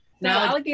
Now